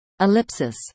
Ellipsis